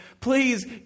please